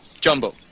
jumbo